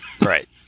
Right